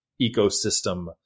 ecosystem